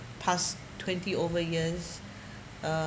past twenty over years uh